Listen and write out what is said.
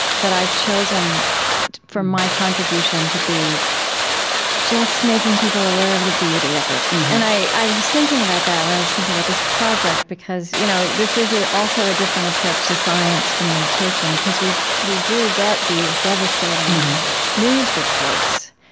but i've chosen for my contribution to be just making people aware of the beauty of it. and i i was thinking about that when i was thinking about this project because you know this is also a different approach to science communication because we we do get these devastating news reports.